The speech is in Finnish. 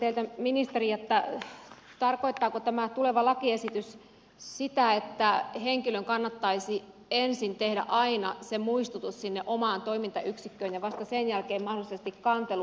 tiedustelisin teiltä ministeri tarkoittaako tämä lakiesitys sitä että henkilön kannattaisi aina ensin tehdä se muistutus sinne omaan toimintayksikköön ja vasta sen jälkeen mahdollisesti kantelu